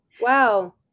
wow